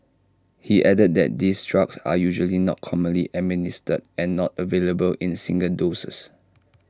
he added that these drugs are usually not commonly administered and not available in single doses